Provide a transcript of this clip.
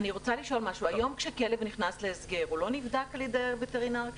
אני רוצה לשאול משהו: כשכלב נכנס להסגר הוא לא נבדק בידי וטרינר?